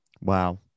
Wow